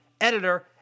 editor